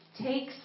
takes